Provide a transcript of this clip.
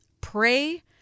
pray